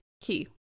key